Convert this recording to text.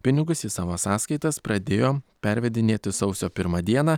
pinigus į savo sąskaitas pradėjo pervedinėti sausio pirmą dieną